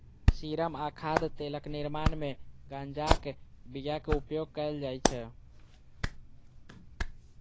serum आ खाद्य तेलक निर्माण मे गांजाक बिया के उपयोग कैल जाइ छै